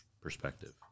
perspective